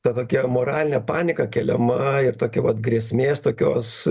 ta tokia moralinė panika keliama ir tokia vat grėsmės tokios